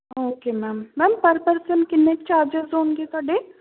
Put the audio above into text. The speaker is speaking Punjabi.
okay ma'am ma'am per person ਕਿੰਨੇ ਕੁ ਚਾਰਜਿਸ ਹੋਣਗੇ ਤੁਹਾਡੇ